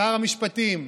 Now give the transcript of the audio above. שר המשפטים,